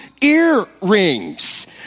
earrings